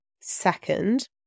Second